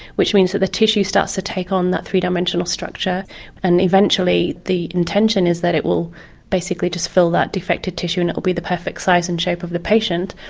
which means that the tissue starts to take on that three-dimensional structure and eventually the intention is that it will basically just fill that defective tissue and it will be the perfect size and shape of the patient.